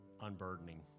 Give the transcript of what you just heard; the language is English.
unburdening